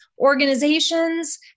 organizations